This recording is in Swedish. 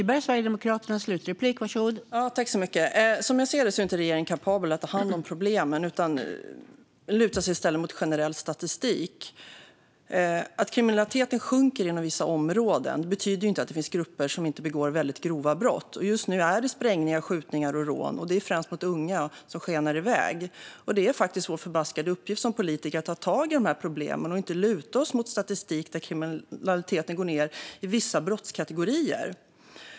Fru talman! Som jag ser det är regeringen inte kapabel att ta hand om problemen utan lutar sig i stället mot generell statistik. Även om kriminaliteten sjunker inom vissa områden finns det fortfarande grupper som begår grova brott, och just nu är det sprängningar, skjutningar och rån mot främst unga som skenar iväg. Som politiker är det faktiskt vår förbaskade uppgift att ta tag i dessa problem och inte luta oss mot statistik som visar att kriminaliteten går ned i vissa brottskategorier.